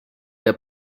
der